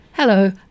Hello